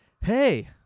hey